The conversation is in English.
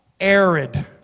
arid